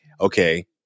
Okay